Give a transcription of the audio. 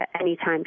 anytime